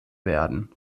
werden